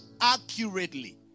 accurately